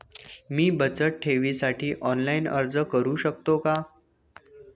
मी बचत ठेवीसाठी ऑनलाइन अर्ज करू शकतो का?